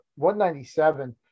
197